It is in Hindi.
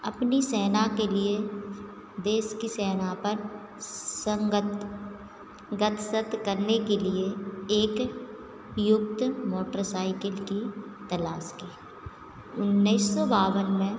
अपनी सेना के लिए देश की सेना पर संगत गतसत करने के लिए एक युक्त मोटरसाइकिल की तलाश की उन्नीस सौ बावन में